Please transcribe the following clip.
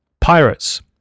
Pirates